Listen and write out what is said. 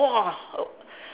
!whoa! err